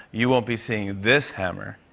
you won't be seeing this hammer.